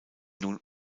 nun